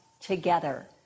together